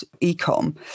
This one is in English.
e-com